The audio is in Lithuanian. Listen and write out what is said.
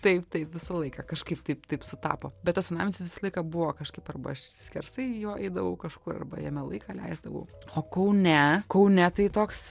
taip taip visą laiką kažkaip taip taip sutapo bet tas senamiestis visą laiką buvo kažkaip arba aš skersai jo eidavau kažkur arba jame laiką leisdavau o kaune kaune tai toks